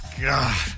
God